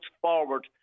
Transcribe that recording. forward